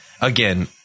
again